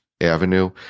avenue